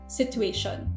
situation